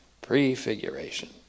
prefiguration